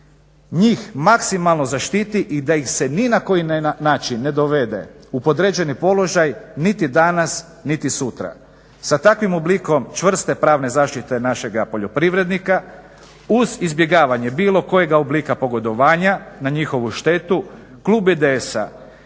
njih maksimalno zaštiti i da ih se ni na koji način dovede u podređeni položaj niti danas niti sutra. Sa takvim oblikom čvrste pravne zaštite našega poljoprivrednika uz izbjegavanje bilo kojega oblika pogodovanja na njihovu štetu, klub IDS-a